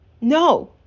No